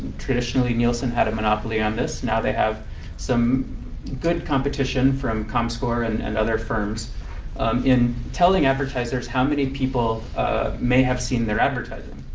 traditionally nielsen had a monopoly on this. now they have some good competition from comscore and and other firms in telling advertisers how many people may have seen their advertising.